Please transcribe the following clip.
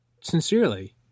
sincerely